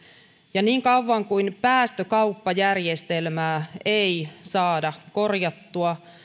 ja niin kauan kuin päästökauppajärjestelmää ei saada korjattua